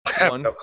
One